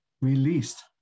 released